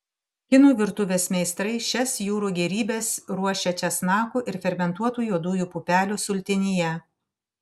kinų virtuvės meistrai šias jūrų gėrybes ruošia česnakų ir fermentuotų juodųjų pupelių sultinyje